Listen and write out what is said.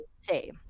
say